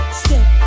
step